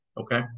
Okay